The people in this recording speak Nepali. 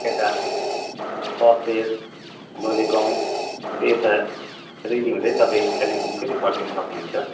यता कफेर लोले गाउँ हुँदै यता रेली हुँदै तपाईँ कालिम्पोङ फेरि फर्किनु सक्नु हुन्छ